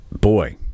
Boy